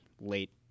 late